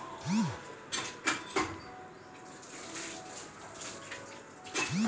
करो के चुकाबै मे विफलता सेहो निश्चित आय विश्लेषणो के एगो कारण बनि सकै छै